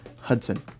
hudson